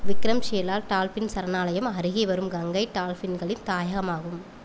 Vikramshila dolphin சரணாலயம் அருகேவரும் கங்கை டால்ஃபின்களின் தாயகமாகும்